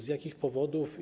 Z jakich powodów?